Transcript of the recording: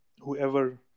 whoever